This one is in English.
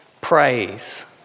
praise